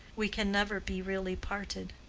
we can never be really parted.